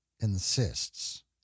insists